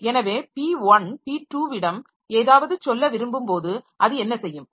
எனவே p1 p2 விடம் ஏதாவது சொல்ல விரும்பும்போது அது என்ன செய்யும்